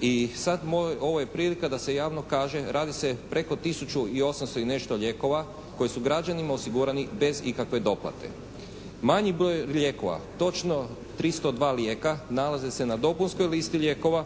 i sad ovo je prilika da se javno kaže radi se preko tisuću i 800 i nešto lijekova koji su građanima osigurani bez ikakve doplate. Manji broj lijekova, točno 302 lijeka nalaze se na dopunskoj listi lijekova